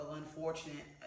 unfortunate